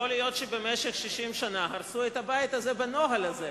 יכול להיות שבמשך 60 שנה הרסו את הבית הזה בנוהל הזה.